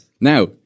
Now